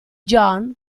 john